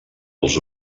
els